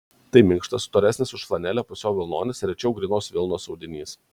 tai minkštas storesnis už flanelę pusiau vilnonis rečiau grynos vilnos audinys